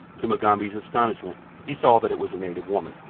to mugambi's astonishment he saw that it was a native woman.